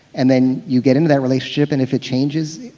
and then you get into that relationship and if it changes,